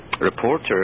reporter